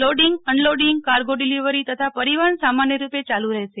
loading unloading cargo delivery તથા પરિવફન સામાન્ય રૂપે ચાલુ રહેશે